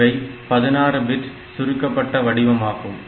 இவை 16 பிட் சுருக்கப்பட்ட வடிவாகும்